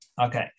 Okay